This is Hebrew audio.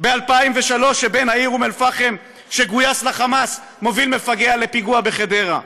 ב-2003 בן העיר אום אלפחם שגויס ל"חמאס" מוביל מפגע לפיגוע בחדרה,